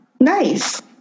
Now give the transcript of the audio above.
Nice